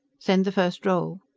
send the first roll.